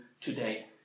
today